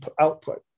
output